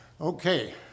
Okay